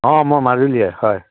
অঁ মই মাজুলীৰে হয়